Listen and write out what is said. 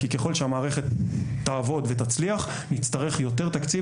כי ככל שהמערכת תעבוד ותצליח נצטרך יותר תקציב